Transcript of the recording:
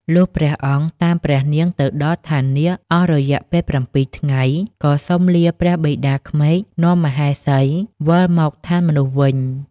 លុះព្រះអង្គតាមព្រះនាងទៅដល់ឋាននាគអស់រយៈពេលប្រាំពីរថ្ងៃ ក៏សុំលាព្រះបិតាក្មេកនាំមហេសីវិលមកឋានមនុស្សវិញ។